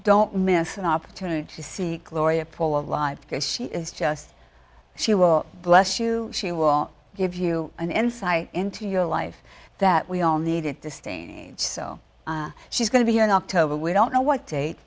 don't miss an opportunity to see gloria paul alive because she is just she will bless you she will give you an insight into your life that we all needed to sustain so she's going to be here in october we don't know what date